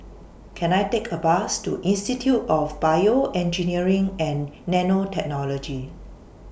Can I Take A Bus to Institute of Bioengineering and Nanotechnology